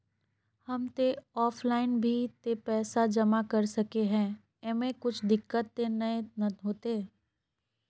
हम ते ऑफलाइन भी ते पैसा जमा कर सके है ऐमे कुछ दिक्कत ते नय न होते?